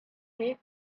there